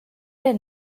their